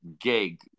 gig